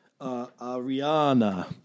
Ariana